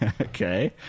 Okay